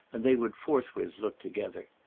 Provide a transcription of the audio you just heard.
and they would forthwith look together.